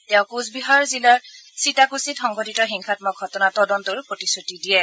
তেওঁ কোচবিহাৰ জিলাৰ সীতাকুছিত সংঘটিত হিংসাত্মক ঘটনাৰ তদন্তৰো প্ৰতিশ্ৰুতি দিয়ে